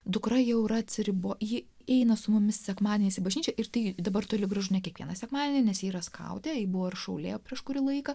dukra jau yra atsiribo ji eina su mumis sekmadieniais į bažnyčią ir tai dabar toli gražu ne kiekvieną sekmadienį nes ji yra skautė buvo ir šaulė prieš kurį laiką